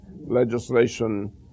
legislation